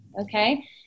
okay